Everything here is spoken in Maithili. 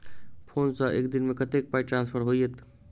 फोन सँ एक दिनमे कतेक पाई ट्रान्सफर होइत?